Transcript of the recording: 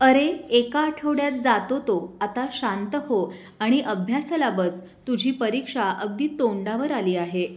अरे एका आठवड्यात जातो तो आता शांत हो आणि अभ्यासाला बस तुझी परीक्षा अगदी तोंडावर आली आहे